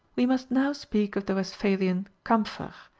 we must now speak of the westphalian, kaempfer,